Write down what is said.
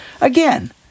Again